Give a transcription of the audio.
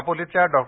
दापोलीतल्या डॉ